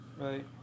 right